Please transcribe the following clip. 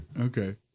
Okay